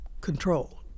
control